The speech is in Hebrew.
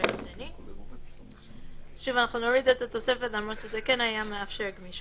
ראשונים במעצרים וגם עדות לא יתקיימו